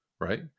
right